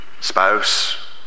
spouse